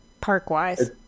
park-wise